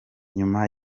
nyuma